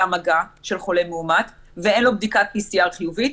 מגע של חולה מאומת ואין לו בדיקת PCR חיובית,